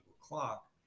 clock